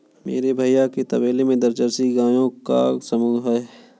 मेरे भैया के तबेले में दस जर्सी गायों का समूह हैं